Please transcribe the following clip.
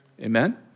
amen